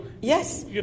Yes